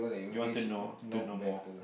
you want to know you want to know more